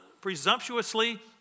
presumptuously